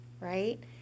right